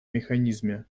механизме